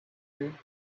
and